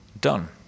done